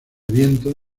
viento